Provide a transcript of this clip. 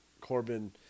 Corbin